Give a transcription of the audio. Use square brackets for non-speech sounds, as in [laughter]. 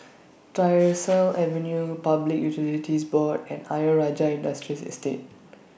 [noise] Tyersall Avenue Public Utilities Board and Ayer Rajah Industrial Estate